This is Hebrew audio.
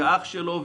ואח שלו,